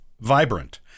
vibrant